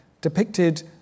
depicted